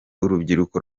urubyiruko